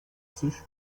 sushi